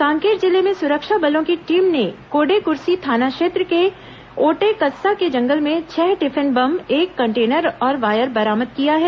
कांकेर जिले में सुरक्षा बलों की टीम ने कोडेकुर्सी थाना क्षेत्र के ओटेकस्सा के जंगल से छह टिफिन बम एक कंटेनर और वायर बरामद किया है